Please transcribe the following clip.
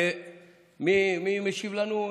מי משיב לי,